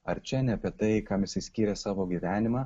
ar čia ne apie tai kam jisai skyrė savo gyvenimą